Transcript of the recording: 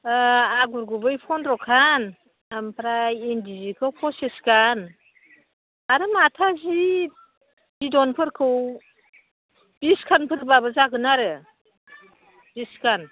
आगर गुबै पन्द्र'खान ओमफ्राय इन्दिजिखौ पसिसखान आरो माथा जि बिदनफोरखौ बिसखानफोरब्लाबो जागोन आरो बिस खान